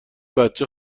بچه